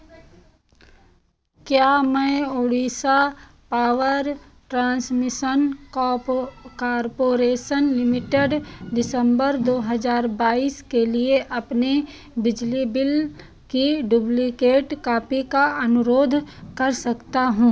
क्या मैं Orissa power transmission कार्पो कॉर्पोरेशन लिमिटेड दिसम्बर दो हज़ार बाईस के लिए अपने बिजली बिल की डुब्लिकेट कॉपी का अनुरोध कर सकता हूँ